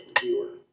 viewer